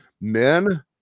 men